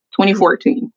2014